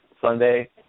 Sunday